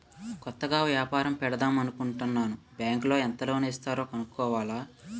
కొత్తగా ఏపారం పెడదామనుకుంటన్నాను బ్యాంకులో ఎంత లోను ఇస్తారో కనుక్కోవాల